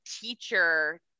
teacher